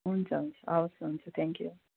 हुन्छ हुन्छ हवस् हुन्छ थ्याङ्क्यु